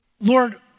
Lord